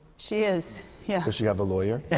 she is. yeah. does she have a lawyer?